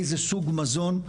איזה סוג מזון,